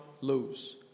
lose